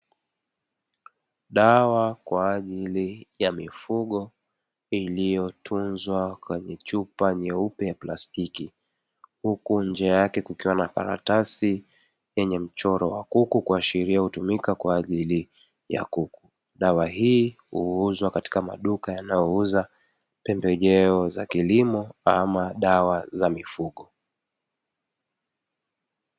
Dawa kwa ajili ya mifugo iliyotunzwa kwenye chupa nyeupe plastiki huku nje yake kukiwa na karatasi yenye mchoro wa kuku kuashiria hutumika kwa ajili ya kuku dawa hii huuzwa katika maduka yanayouza pembejeo za kilimo ama dawa za mifugo.